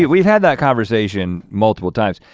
we've had that conversation multiple times.